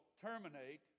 terminate